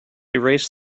erased